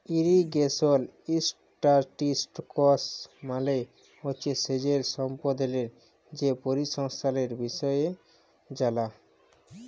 irrigation statistics মালে হছে সেঁচের সম্বল্ধে যে পরিসংখ্যালের বিষয় জালা